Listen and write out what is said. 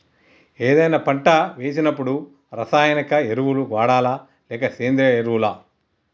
ఏదైనా పంట వేసినప్పుడు రసాయనిక ఎరువులు వాడాలా? లేక సేంద్రీయ ఎరవులా?